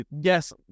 Yes